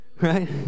Right